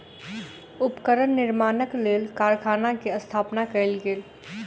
उपकरण निर्माणक लेल कारखाना के स्थापना कयल गेल